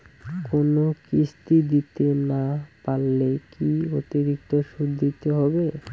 কোনো কিস্তি দিতে না পারলে কি অতিরিক্ত সুদ দিতে হবে?